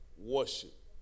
worship